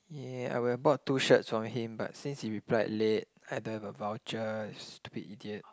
ya I would have bought two shirts from him but since he replied late I don't have a voucher stupid idiot